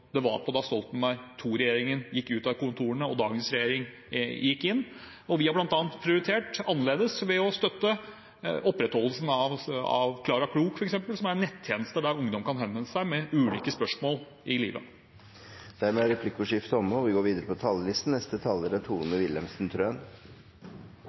det var på da Stoltenberg II-regjeringen gikk ut av kontorene, og dagens regjering gikk inn. Vi har bl.a. prioritert annerledes ved å støtte f.eks. opprettholdelsen av Klara Klok, som er en nettjeneste der ungdom kan henvende seg med ulike spørsmål i livet. Replikkordsdkiftet er omme.